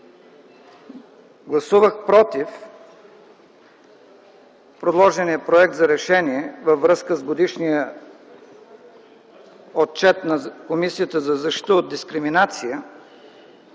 Гласувах против предложения проект за решение във връзка с Годишния отчет на Комисията за защита от дискриминация,